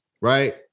Right